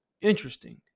Interesting